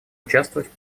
участвовать